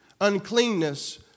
uncleanness